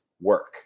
work